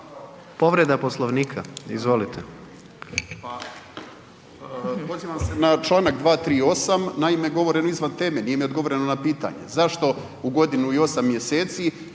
povreda poslovnika, to ste